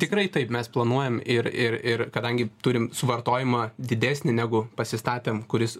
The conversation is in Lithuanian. tikrai taip mes planuojam ir ir ir kadangi turim suvartojimą didesnį negu pasistatėm kuris